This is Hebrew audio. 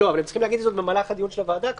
אבל הם צריכים להגיד את זה במהלך הדיון של הוועדה כמובן,